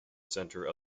centre